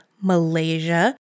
Malaysia